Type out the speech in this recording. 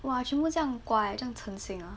!wah! 全部这样乖这样诚信